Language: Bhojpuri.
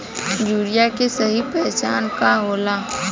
यूरिया के सही पहचान का होला?